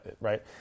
right